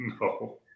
No